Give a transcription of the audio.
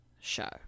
Show